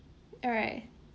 alright